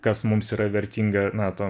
kas mums yra vertinga na ta